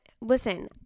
listen